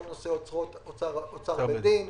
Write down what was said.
כל נושא אוצר בית דין,